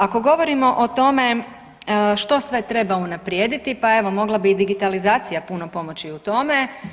Ako govorimo o tome što sve treba unaprijediti, pa evo mogla bi digitalizacija puno pomoći u tome.